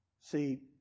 See